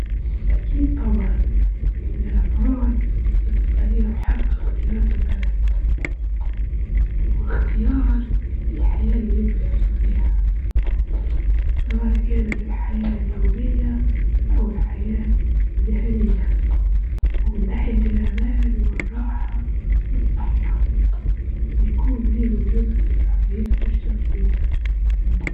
بعض الأحيان الحياة بتكون معقدة وأكثر تعقيدًا للتقدم في العمر، لكن هادا كله بيبقى بسبب المسؤوليات والاختيارات، لكن بتكون في حياة مستقلة وبيكون في بيكون في حكمة، بسبب المرور في الوقت والتجارب.